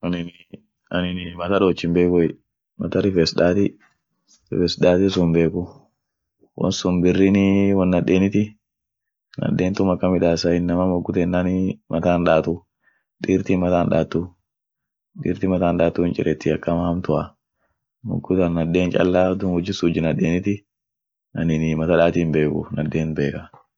Aninii matta dooch himbekuey, matta rifes daati, rifes daati sun himbeku, won sun birrinii won nadeeniti nadentum akan midasay inama mogu tenanii mata hindaatu, diirtin mata hindaatu, diirtin matta hindaatu hinchireti akama hamtua mogu tan nadeen challa amo hujji sun hujji nadeniti, aninii matta daati himbeeku nadeent beeka.